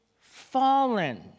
fallen